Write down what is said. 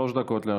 שלוש דקות לרשותך.